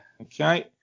okay